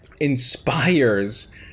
inspires